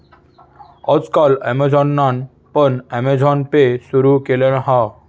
आज काल ॲमेझॉनान पण अँमेझॉन पे सुरु केल्यान हा